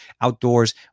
outdoors